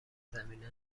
زمینه